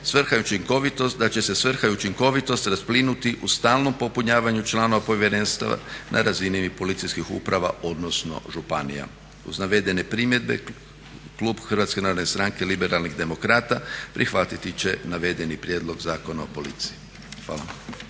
da će se svrha i učinkovitost rasplinuti u stalnom popunjavanju članova povjerenstava na razini policijskih uprava odnsono županija. Uz navedene primjedbe, klub HNS-a Liberalnih demokrata prihvatiti će navedeni Prijedlog zakona o policiji. Hvala.